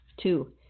two